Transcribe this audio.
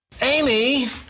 Amy